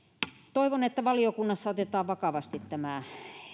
toivon että valiokunnassa otetaan vakavasti tämä